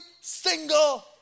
single